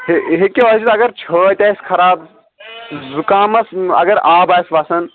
ہے ہیٚکہِ ٲسِتھ اگر چھٲتۍ آسہِ خراب زُکامس اگر آب آسہِ وسان